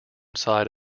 side